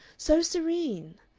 so serene!